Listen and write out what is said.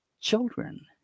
children